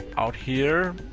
out here,